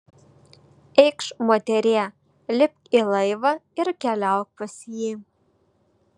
eikš moterie lipk į laivą ir keliauk pas jį